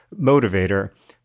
motivator